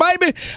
baby